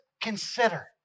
consider